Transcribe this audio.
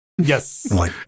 Yes